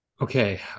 Okay